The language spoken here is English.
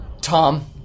Tom